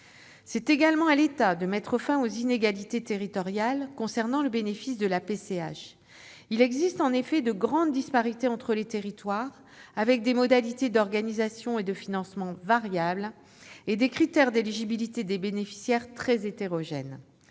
C'est également à l'État de mettre fin aux inégalités territoriales concernant le bénéfice de la PCH. Il existe en effet de grandes disparités entre les territoires, avec des modalités d'organisation et de financement variables et des critères d'éligibilité des bénéficiaires très hétérogènes.